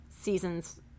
seasons